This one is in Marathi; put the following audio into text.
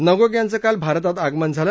नगोक यांचं काल भारतात आगमन झालं